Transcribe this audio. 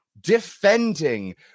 defending